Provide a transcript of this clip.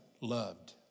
loved